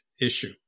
issue